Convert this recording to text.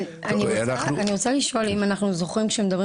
אני רוצה לשאול אם אנחנו זוכרים שמדברים